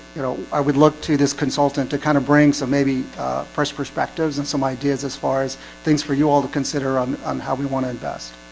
you know i would look to this consultant to kind of bring some maybe fresh perspectives and some ideas as far as things for you all to consider on um how we want to invest